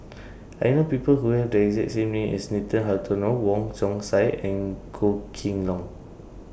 I know People Who Have The exact name as Nathan Hartono Wong Chong Sai and Goh Kheng Long